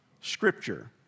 Scripture